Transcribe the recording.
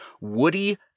woody